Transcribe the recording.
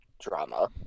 drama